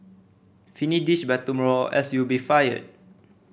finish this by tomorrow else you'll be fired